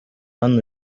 hano